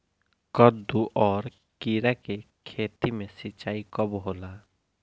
कदु और किरा के खेती में सिंचाई कब होला?